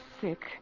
sick